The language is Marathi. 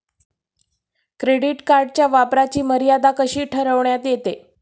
क्रेडिट कार्डच्या वापराची मर्यादा कशी ठरविण्यात येते?